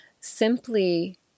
simply